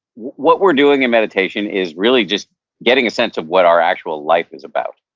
what we're doing in meditation is really just getting a sense of what our actual life is about,